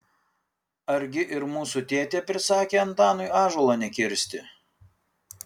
argi ir mūsų tėtė prisakė antanui ąžuolo nekirsti